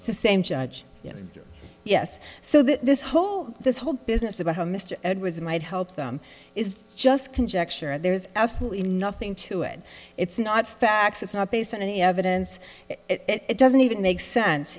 it's the same judge you yes so that this whole this whole business about how mr edwards might help them is just conjecture and there's absolutely nothing to it it's not facts it's not based on any evidence it doesn't even make sense